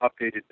updated